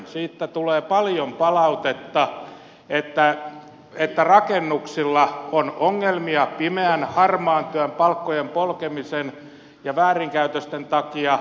siitä tulee paljon palautetta että rakennuksilla on ongelmia pimeän harmaan työn palkkojen polkemisen ja väärinkäytösten takia